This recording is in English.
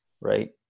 right